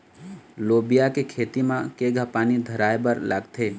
लोबिया के खेती म केघा पानी धराएबर लागथे?